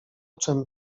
czem